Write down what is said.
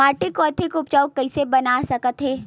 माटी को अधिक उपजाऊ कइसे बना सकत हे?